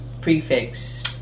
prefix